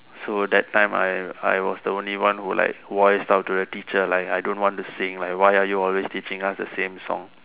so that time I I was the only one who like voiced out to the teacher like I don't want to sing like why are you always teaching us the same song